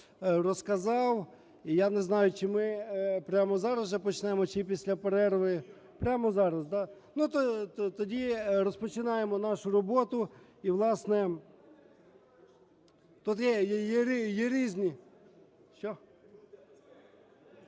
розказав. І я не знаю, чи ми прямо зараз вже почнемо чи після перерви? Прямо зараз, да? Ну, тоді розпочинаємо нашу роботу. І, власне, тут є різні…